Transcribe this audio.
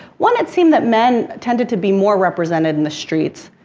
one that seemed that men tended to be more represented in the streets,